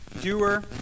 doer